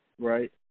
Right